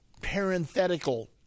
parenthetical